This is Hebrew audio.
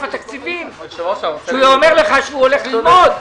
התקציבים כשהוא אומר לך שהוא הולך ללמוד?